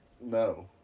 No